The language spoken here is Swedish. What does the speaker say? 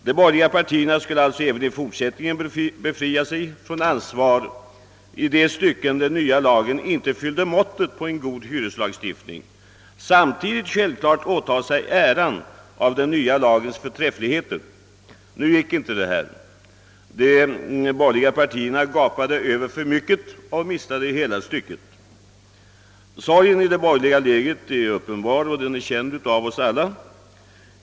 De borgerliga partierna skulle alltså även i fortsättningen befria sig från ansvar i de stycken, där den nya lagen inte fyllde måttet på en god hyreslagstiftning, och samtidigt självfallet taga på sig äran av den nya lagens förträffligheter. Nu gick inte detta. De borgerliga partierna gapade över för mycket och mistade hela stycket. Sorgen i det borgerliga lägret är uppenbar och känd av oss alla.